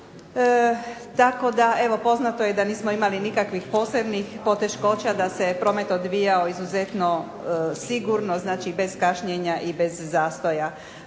u cijelosti. Poznato je da nismo imali nikakvih posebnih poteškoća, da se promet odvijao izuzetno sigurno bez kašnjenja i bez zastoja.